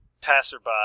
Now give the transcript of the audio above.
passerby